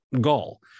goal